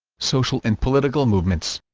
social and political movements